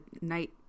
night